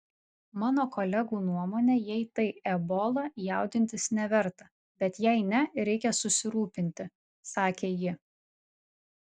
mano kolegų nuomone jei tai ebola jaudintis neverta bet jei ne reikia susirūpinti sakė ji